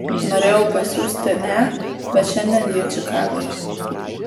norėjau pasiųsti e bet šiandien ji čikagoje